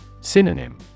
Synonym